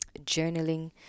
journaling